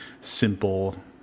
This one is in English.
simple